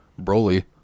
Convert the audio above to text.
Broly